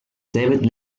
david